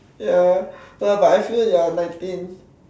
ya but I feel that I'm nineteen